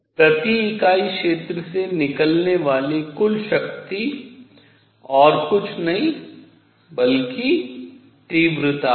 प्रति इकाई क्षेत्र से निकलने वाली कुल शक्ति और कुछ नहीं बल्कि तीव्रता है